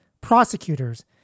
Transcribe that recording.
prosecutors